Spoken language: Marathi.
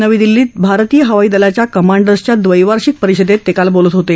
नवी दिल्लीत भारतीय हवाई दलाच्या कमांडर्सच्या दवैवार्षिक परिषदेत ते काल बोलत होते